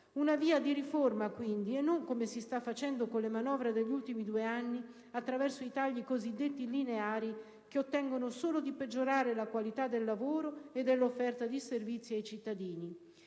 una via di riforma e non intervenire, come si sta facendo con le manovre degli ultimi due anni, attraverso i cosiddetti tagli lineari, che ottengono solo lo scopo di peggiorare la qualità del lavoro e dell'offerta di servizi ai cittadini.